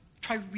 Try